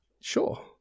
sure